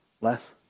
less